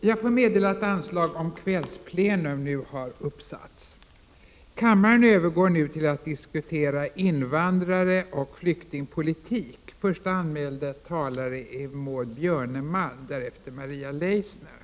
Jag får meddela att anslag nu har satts upp om att detta sammanträde skall fortsätta efter kl. 19.00.